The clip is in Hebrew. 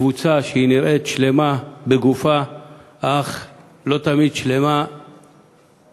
לקבוצה שנראית שלמה בגופה אך לא תמיד שלמה בנפשה,